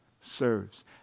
serves